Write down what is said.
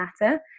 matter